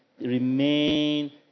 remain